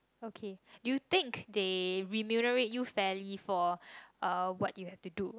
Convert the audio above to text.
okay you think they remunerate you fairly for uh what you have to do